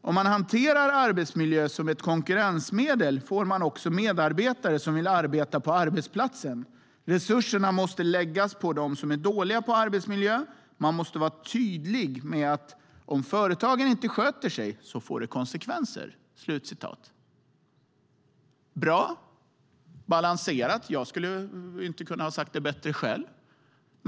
"Om man hanterar arbetsmiljö som ett konkurrensmedel får man också medarbetare som vill arbeta på arbetsplatsen. Resurserna måste läggas på dem som är dåliga på arbetsmiljö. Man måste vara tydlig med att om företagen inte sköter sig så får det konsekvenser." Det är bra och balanserat - jag skulle inte ha kunnat säga det bättre själv.